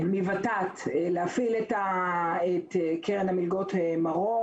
מות"ת להפעיל את קרן המלגות מרום,